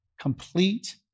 complete